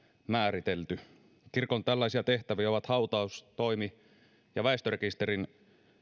määritelty kirkon tällaisia tehtäviä ovat hautaustoimi ja väestörekisterin